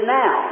now